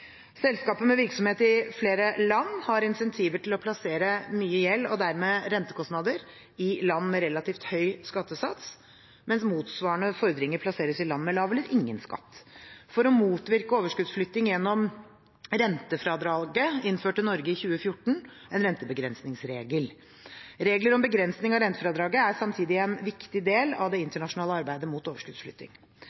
Selskaper med virksomhet i flere land har incentiver til å plassere mye gjeld, og dermed rentekostnader, i land med relativt høy skattesats, mens motsvarende fordringer plasseres i land med lav eller ingen skatt. For å motvirke overskuddsflytting gjennom rentefradraget innførte Norge i 2014 en rentebegrensningsregel. Regler om begrensning av rentefradraget er samtidig en viktig del av det